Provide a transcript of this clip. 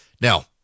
Now